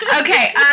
Okay